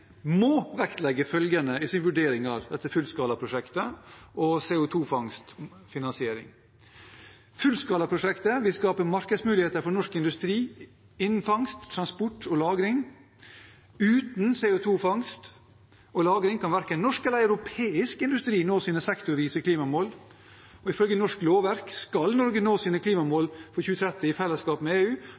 må vektlegge følgende i sin vurdering av dette fullskalaprosjektet og CO 2 -fangstfinansiering: Fullskalaprosjektet vil skape markedsmuligheter for norsk industri innen fangst, transport og lagring. Uten CO 2 -fangst og -lagring kan verken norsk eller europeisk industri nå sine sektorvise klimamål. Ifølge norsk lovverk skal Norge nå sine klimamål innen 2030 i fellesskap med EU.